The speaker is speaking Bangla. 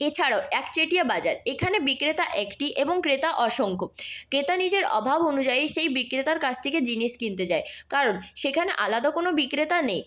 এছাড়াও একচেটিয়া বাজার এখানে বিক্রেতা একটি এবং ক্রেতা অসংখ্য ক্রেতা নিজের অভাব অনুযায়ী সেই বিক্রেতার কাছ থেকে জিনিস কিনতে যায় কারণ সেখানে আলাদা কোনো বিক্রেতা নেই